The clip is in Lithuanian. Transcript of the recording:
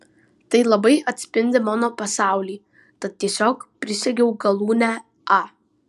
tai labai atspindi mano pasaulį tad tiesiog prisegiau galūnę a